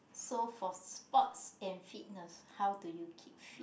so for sports and fitness how do you keep fit